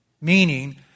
meaning